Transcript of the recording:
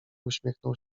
uśmiechnął